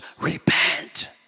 repent